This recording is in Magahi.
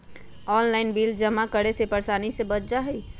ऑनलाइन बिल जमा करे से परेशानी से बच जाहई?